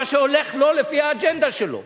מה שהולך לו לפי האג'נדה שלו.